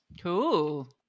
Cool